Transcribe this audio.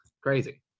Crazy